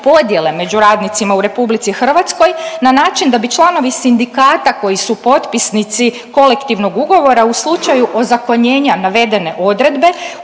podjele među radnicima u Republici Hrvatskoj na način da bi članovi sindikata koji su potpisnici kolektivnog ugovora u slučaju ozakonjenja navedene odredbe